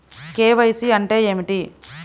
KYC అంటే ఏమిటి?